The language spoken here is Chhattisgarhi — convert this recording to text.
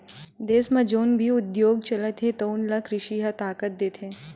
देस म जउन भी उद्योग चलत हे तउन ल कृषि ह ताकत देथे